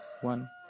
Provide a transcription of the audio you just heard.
one